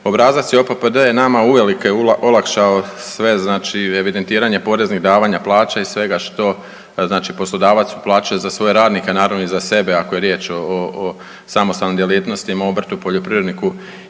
obrazac JOPPD je nama uvelike olakšao sve znači evidentiranje poreznih davanja, plaća i svega što znači poslodavac uplaćuje za svoje radnike naravno i za sebe samo je riječ o samostalnim djelatnostima obrtu i poljoprivredniku